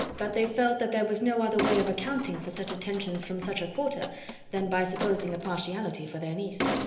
but they felt that there was no other way of accounting for such attentions from such a quarter than by supposing a partiality for their niece.